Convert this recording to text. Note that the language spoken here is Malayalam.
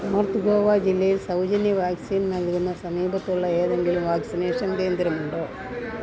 നോർത്ത് ഗോവാ ജില്ലയിൽ സൗജന്യ വാക്സിൻ നൽകുന്ന സമീപത്തുള്ള ഏതെങ്കിലും വാക്സിനേഷൻ കേന്ദ്രമുണ്ടോ